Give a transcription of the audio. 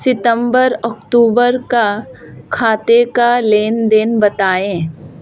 सितंबर अक्तूबर का खाते का लेनदेन बताएं